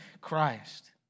Christ